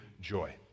joy